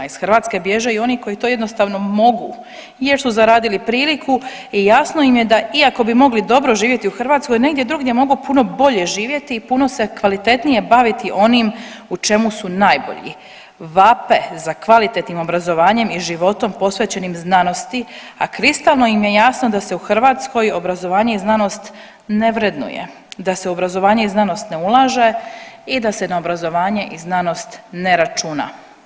Iz Hrvatske bježe i oni koji to jednostavno mogu, jer su zaradili priliku i jasno im je da iako bi mogli dobro živjeti u Hrvatskoj negdje drugdje mogu puno bolje živjeti i puno se kvalitetnije baviti onim u čemu su najbolji vape za kvalitetnim obrazovanjem i životom posvećenim znanosti, a kristalno im je jasno da se u Hrvatskoj obrazovanje i znanost ne vrednuje, da se u obrazovanje i znanost ne ulaže i da se na obrazovanje i znanost ne računa.